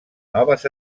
noves